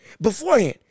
beforehand